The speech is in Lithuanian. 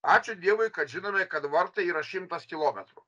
ačiū dievui kad žinome kad vartai yra šimtas kilometrų